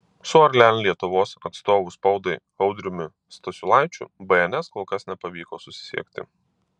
su orlen lietuvos atstovu spaudai audriumi stasiulaičiu bns kol kas nepavyko susisiekti